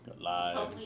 Live